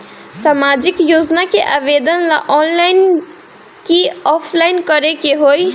सामाजिक योजना के आवेदन ला ऑनलाइन कि ऑफलाइन करे के होई?